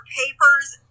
papers